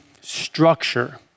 structure